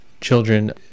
children